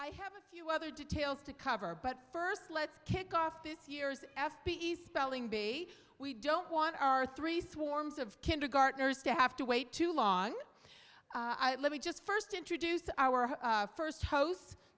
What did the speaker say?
i have a few other details to cover but first let's kick off this year's f p s spelling bee we don't want our three swarms of kindergartners to have to wait too long let me just first introduce our first host